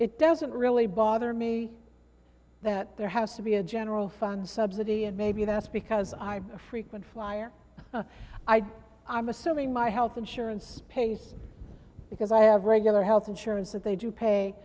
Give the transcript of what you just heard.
it doesn't really bother me that there has to be a general fund subsidy and maybe that's because i have a frequent flyer i i'm assuming my health insurance pays because i have regular health insurance that they do